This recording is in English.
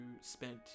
spent